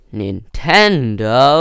nintendo